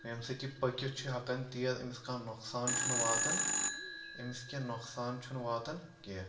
ییٚمہِ سۭتۍ یہِ پٔکِتھ چھُ ہٮ۪کان تیز أمِس کانٛہہ نۄقصان چھُنہٕ واتان أمِس کینٛہہ نۄقصان چھُنہٕ واتان کینٛہہ